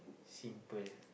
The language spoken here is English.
simple